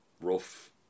rough